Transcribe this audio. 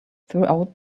throughout